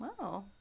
Wow